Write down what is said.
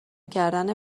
کردن